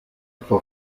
etwa